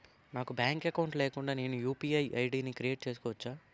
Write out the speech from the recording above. నాకు bank account లేకుండా నేను యు.పి.ఐ ఐ.డి క్రియేట్ చేసుకోవచ్చా?